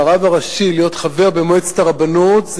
מעמדו של הרב הראשי כחבר במועצת הרבנות,